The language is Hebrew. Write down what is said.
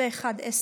בעד.